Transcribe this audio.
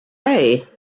hey